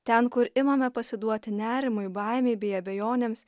ten kur imame pasiduoti nerimui baimei bei abejonėms